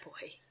boy